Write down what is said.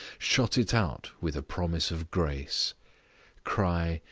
shut it out with a promise of grace cry,